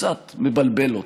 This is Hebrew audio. קצת מבלבל אותך.